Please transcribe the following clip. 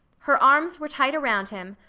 her arms were tight around him,